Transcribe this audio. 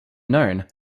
known